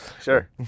Sure